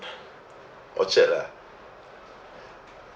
orchard lah